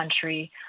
country